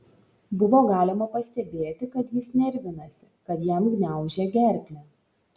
buvo galima pastebėti kad jis nervinasi kad jam gniaužia gerklę